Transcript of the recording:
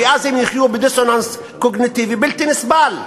כי אז הם יחיו בדיסוננס קוגניטיבי בלתי נסבל: